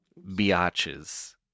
biatches